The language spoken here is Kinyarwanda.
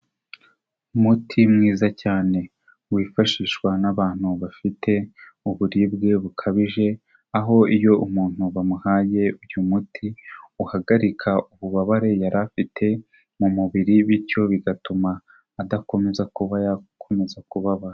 Umuti mwiza cyane wifashishwa n'abantu bafite uburibwe bukabije, aho iyo umuntu bamuhaye uyu muti uhagarika ububabare yari afite mu mubiri bityo bigatuma adakomeza kuba yakomeza kubabara.